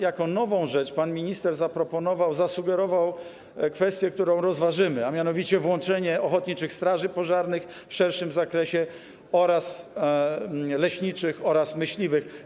Jako nową rzecz pan minister zaproponował, zasugerował kwestię, którą rozważymy, a mianowicie włączenie ochotniczych straży pożarnych w szerszym zakresie, leśniczych oraz myśliwych.